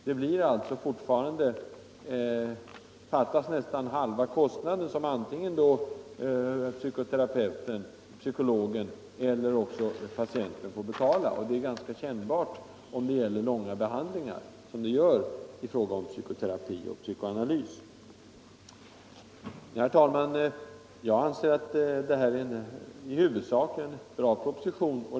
Det fattas alltså fortfarande nästan halva kostnaden, som antingen psykologen eller patienten får betala. Det är ganska kännbart om det gäller långvariga behandlingar, som det gör i fråga om psykoterapi och psykoanalys. Jag anser att detta är en i huvudsak bra proposition.